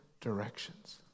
directions